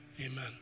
Amen